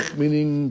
meaning